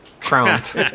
Crowns